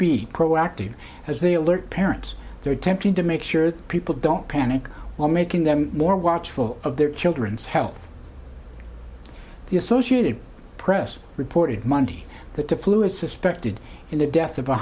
be proactive as they alert parents they're attempting to make sure that people don't panic while making them more watchful of their children's health the associated press reported monday that the flu is suspected in the death of